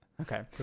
Okay